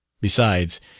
Besides